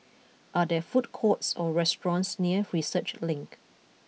are there food courts or restaurants near Research Link